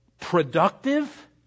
productive